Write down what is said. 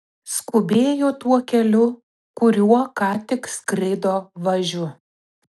skubėjo tuo keliu kuriuo ką tik skrido važiu